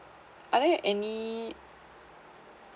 are like uh any